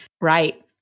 right